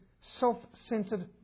self-centered